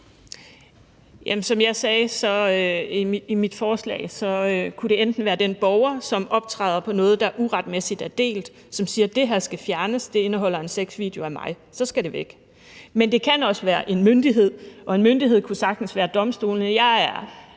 Som jeg sagde i mit forslag, kunne det være den borger, som optræder i noget, der uretmæssigt er delt, som siger, at det skal fjernes, fordi det indeholder en sexvideo af vedkommende, og så skal det væk, men det kan også være en myndighed, og en myndighed kunne sagtens være domstolene. Jeg er